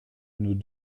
nous